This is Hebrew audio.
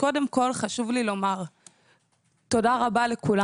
קודם כל חשוב לי לומר תודה רבה לכולם.